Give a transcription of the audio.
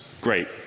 Great